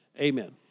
Amen